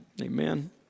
Amen